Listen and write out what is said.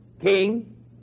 king